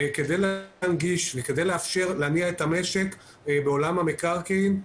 כדי להנגיש ולאפשר להניע את המשק בעולם המקרקעין,